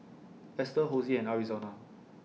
Esther Hosie and Arizona